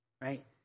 right